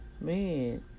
man